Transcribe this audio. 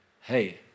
Hey